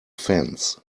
fence